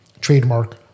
trademark